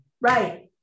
Right